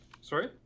sorry